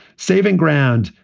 saving ground.